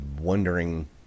wondering